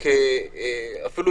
אפילו,